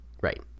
Right